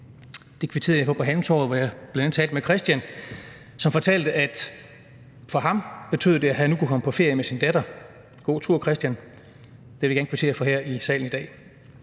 Det kvitterede jeg for på Halmtorvet, hvor jeg bl.a. talte med Christian, som fortalte, at for ham betød det, at han nu kunne komme på ferie med sin datter – god tur, Christian! Det vil jeg gerne kvittere for her i salen i dag.